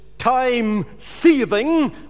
time-saving